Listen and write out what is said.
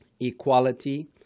Equality